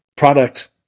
product